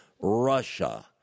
Russia